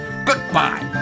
Goodbye